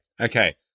okay